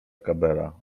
kapela